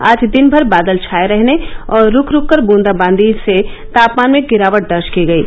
आज दिन भर बादल छाए रहने और रूक रूक कर दूदाबादी होने से तापमान में गिरावट दर्ज की गयी